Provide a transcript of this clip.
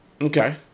Okay